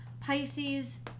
Pisces